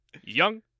young